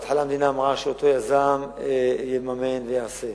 בהתחלה המדינה אמרה שאותו יזם יממן ויעשה,